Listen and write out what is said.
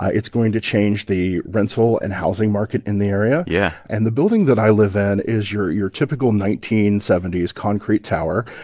it's going to change the rental and housing market in the area. yeah and the building that i live in is your your typical nineteen seventy s concrete tower.